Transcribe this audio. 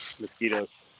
mosquitoes